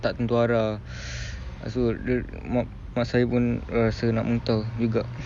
tak tentu arah lepas tu dia mak mak saya pun uh rasa nak muntah juga